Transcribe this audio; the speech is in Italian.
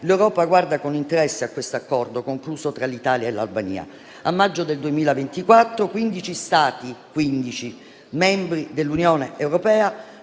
l'Europa guarda con interesse a questo accordo concluso tra l'Italia e l'Albania. A maggio 2024, 15 Stati membri dell'Unione europea,